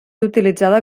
utilitzada